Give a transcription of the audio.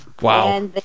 Wow